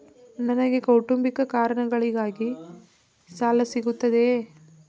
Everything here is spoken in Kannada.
ನನಗೆ ಕೌಟುಂಬಿಕ ಕಾರಣಗಳಿಗಾಗಿ ಸಾಲ ಸಿಗುತ್ತದೆಯೇ?